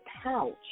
pouch